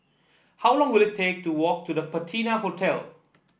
how long will it take to walk to The Patina Hotel